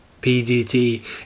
PDT